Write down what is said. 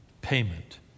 payment